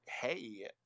hey